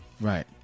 Right